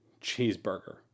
cheeseburger